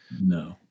No